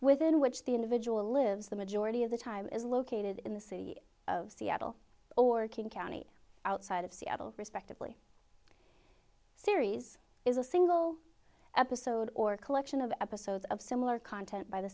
within which the individual lives the majority of the time is located in the city of seattle or king county outside of seattle respectively series is a single episode or a collection of episodes of similar content by the